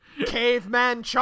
Caveman